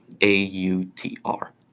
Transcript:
A-U-T-R